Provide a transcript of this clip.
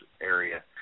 area